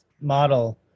model